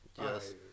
Yes